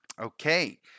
Okay